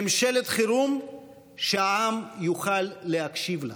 ממשלת חירום שהעם יוכל להקשיב לה,